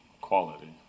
quality